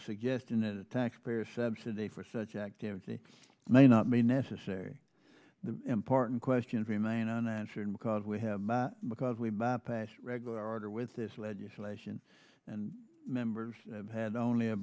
suggesting that a taxpayer subsidy for such activity may not be necessary the important questions remain unanswered because we have because we bypass regular order with this legislation and members have had only a